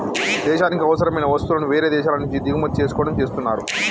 దేశానికి అవసరమైన వస్తువులను వేరే దేశాల నుంచి దిగుమతి చేసుకోవడం చేస్తున్నరు